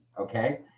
okay